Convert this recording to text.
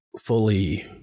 fully